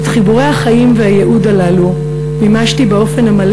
את חיבורי החיים והייעוד הללו מימשתי באופן המלא